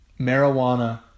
marijuana